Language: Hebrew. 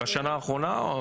בשנה האחרונה?